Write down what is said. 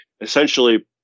essentially